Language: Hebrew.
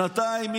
שנתיים,